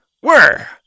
Where